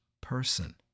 person